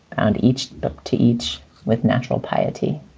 and each to each with natural piety